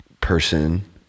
person